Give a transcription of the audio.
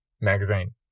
magazine